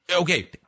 okay